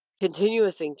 Continuous